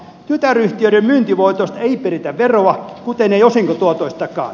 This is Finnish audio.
tytäryhtiöiden myyntivoitoista ei peritä veroa kuten ei osinkotuotoistakaan